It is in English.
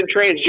transgender